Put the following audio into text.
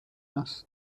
است